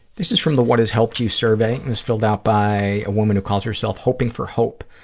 this is from the what has helped you survey, and it's filled out by a woman who calls herself hoping for hope.